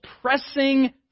pressing